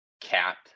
Cat